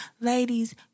ladies